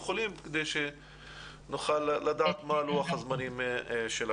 חולים כדי שנוכל לדעת מה לוח הזמנים שלכם.